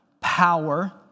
power